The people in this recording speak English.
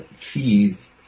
fees